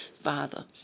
Father